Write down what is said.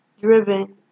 driven